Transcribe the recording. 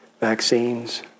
vaccines